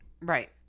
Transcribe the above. Right